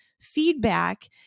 feedback